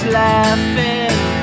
laughing